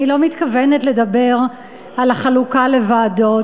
אני לא מתכוונת לדבר על החלוקה לוועדות.